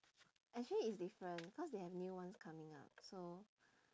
actually it's different cause they have new ones coming up so